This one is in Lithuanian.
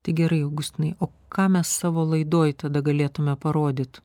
tai gerai augustinai o ką mes savo laidoj tada galėtume parodyt